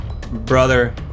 Brother